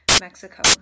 Mexico